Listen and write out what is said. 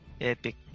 Epic